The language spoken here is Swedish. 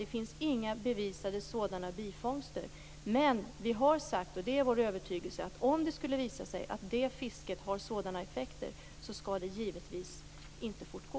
Det finns inga bevisade sådana bifångster. Men vi har sagt - och det är vår övertygelse - att om det skulle visa sig att detta fiske har sådana effekter, så skall det givetvis inte fortgå.